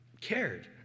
cared